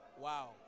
Wow